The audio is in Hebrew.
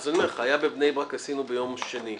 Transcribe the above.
היה בבני ברק, קיימנו דיון ביום שני.